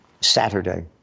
Saturday